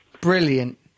Brilliant